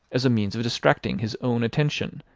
as a means of distracting his own attention,